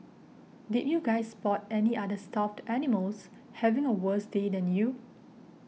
did you guys spot any other stuffed animals having a worse day than you